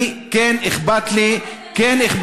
אני, כן אכפת לי מהעתיד,